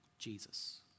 Jesus